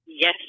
Yes